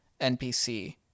NPC